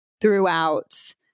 throughout